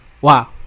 Wow